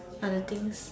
other things